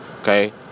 Okay